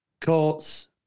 courts